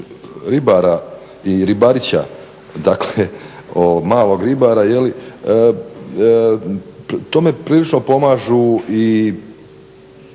ribara ili ribarića, dakle malog ribara, tome prilično pomažu i